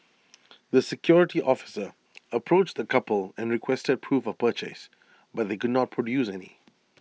the security officer approached the couple and requested proof of purchase but they could not produce any